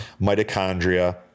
mitochondria